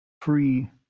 Free